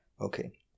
Okay